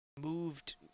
moved